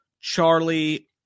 Charlie